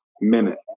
minute